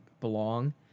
belong